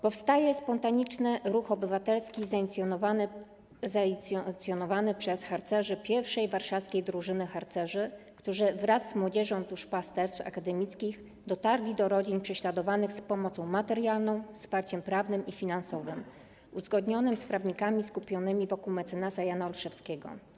Powstał spontaniczny ruch obywatelski zainicjowany przez harcerzy 1. Warszawskiej Drużyny Harcerzy, którzy wraz z młodzieżą duszpasterstw akademickich dotarli do rodzin prześladowanych z pomocą materialną, wsparciem prawnym i finansowym uzgodnionym z prawnikami skupionymi wokół mec. Jana Olszewskiego.